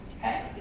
Okay